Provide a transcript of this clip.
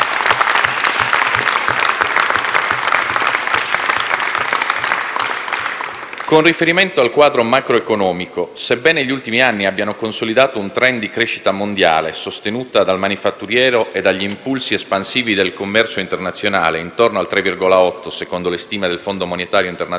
Con riferimento al quadro macroeconomico sebbene gli ultimi anni abbiano consolidato un *trend* di crescita mondiale sostenuta dal manifatturiero e dagli impulsi espansivi del commercio internazionale intorno al 3,8, secondo le stime del Fondo monetario internazionale,